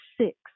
six